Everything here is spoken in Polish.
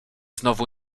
znowu